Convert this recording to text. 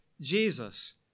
Jesus